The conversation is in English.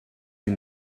you